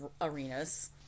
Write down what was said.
arenas